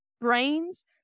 brains